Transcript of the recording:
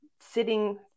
sitting